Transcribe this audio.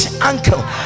uncle